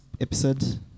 episode